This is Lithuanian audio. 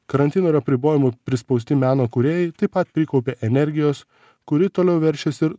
karantino ir apribojimų prispausti meno kūrėjai taip pat prikaupė energijos kuri toliau veršis ir